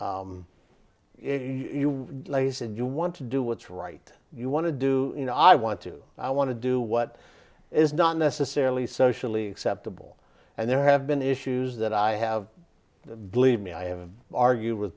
if you like he said you want to do what's right you want to do you know i want to i want to do what is not necessarily socially acceptable and there have been issues that i have believe me i have argued with